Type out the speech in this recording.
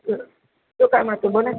શું કામ હતું બોલોને